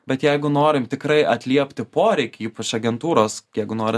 bet jeigu norim tikrai atliepti poreikį ypač agentūros jeigu nori